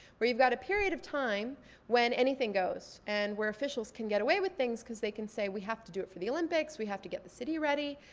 where you've got a period of time when anything goes and where officials can get away with things cause they can say, we have to do it for the olympics. we have to get the city ready.